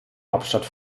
hauptstadt